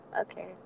Okay